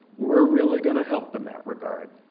we're really going to help in that regard.